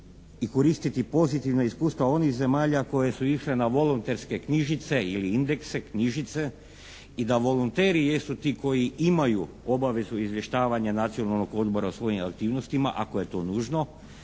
i koristiti pozitivna iskustva onih zemalja koje su išle na volonterske knjižice ili indekse, knjižice i da volonteri jesu ti koji imaju obavezu izvještavanja Nacionalnog odbora svojim aktivnosti, ako je to nužno,